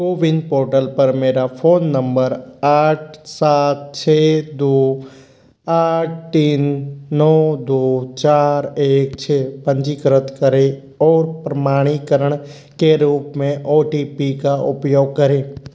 CoWIN portal पर मेरा phone number आठ सात छः दो आठ तीन नौ दो चार एक छः पंजीकृत करें और प्रमाणीकरण के रूप में ओ टी पी का उपयोग करें